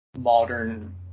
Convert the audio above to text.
modern